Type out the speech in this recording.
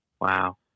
wow